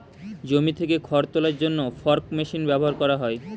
জমি থেকে খড় তোলার জন্য ফর্ক মেশিন ব্যবহার করা হয়